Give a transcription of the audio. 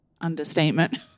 Understatement